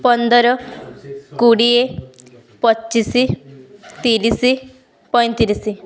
ପନ୍ଦର କୋଡ଼ିଏ ପଚିଶି ତିରିଶି ପଇଁତିରିଶି